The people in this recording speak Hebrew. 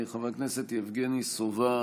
חבר הכנסת יבגני סובה,